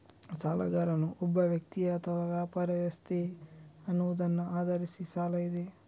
ಸಾಲಗಾರನು ಒಬ್ಬ ವ್ಯಕ್ತಿಯೇ ಅಥವಾ ವ್ಯಾಪಾರ ವ್ಯವಸ್ಥೆಯೇ ಅನ್ನುವುದನ್ನ ಆಧರಿಸಿ ಸಾಲ ಇದೆ